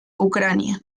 ucrania